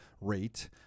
rate